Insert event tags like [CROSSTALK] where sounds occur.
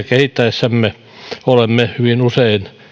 [UNINTELLIGIBLE] kehittäessämme olemme hyvin usein